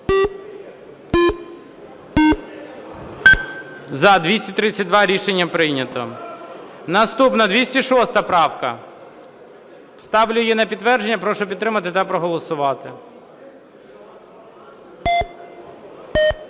За-232 Рішення прийнято. Наступна 206 правка. Ставлю її на підтвердження. Прошу підтримати та проголосувати.